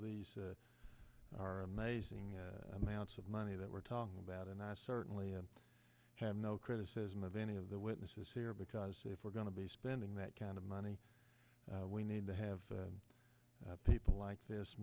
these are amazing amounts of money that we're talking about and i certainly have no criticism of any of the witnesses here because if we're going to be spending that kind of money we need to have people like this